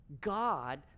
God